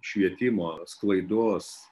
švietimo sklaidos